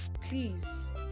Please